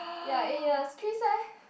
ya it a kiss eh